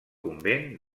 convent